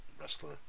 wrestler